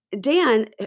Dan